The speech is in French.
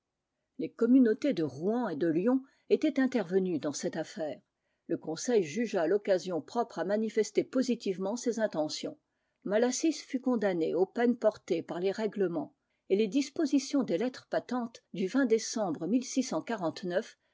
les communautés de rouen et de lyon étaient intervenues dans cette affaire le conseil jugea l'occasion propre à manifester positivement ses intentions malassis fut condamné aux peines portées par les règlements et les dispositions des lettres patentes du décembre